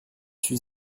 suis